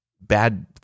bad